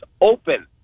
open